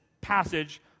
passage